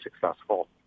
successful